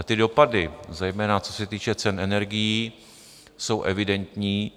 Ty dopady, zejména co se týče cen energií, jsou evidentní.